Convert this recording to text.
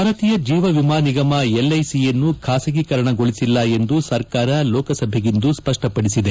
ಭಾರತೀಯ ಜೀವ ವಿಮಾ ನಿಗಮ ಎಲ್ಐಸಿಯನ್ನು ಬಾಸಗೀಕರಣಗೊಳಿಸಿಲ್ಲ ಎಂದು ಸರ್ಕಾರ ಲೋಕಸಭೆಗಿಂದು ಸ್ಪಪಡಿಸಿದೆ